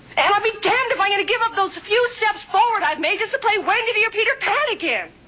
and i'll be damned if i'm going to give up those few steps forward i've made just to play wendy to your peter pan again.